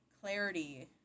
clarity